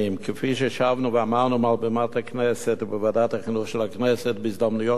ששבנו ואמרנו מעל במת הכנסת ובוועדת החינוך של הכנסת בהזדמנויות שונות,